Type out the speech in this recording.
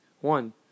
one